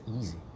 easy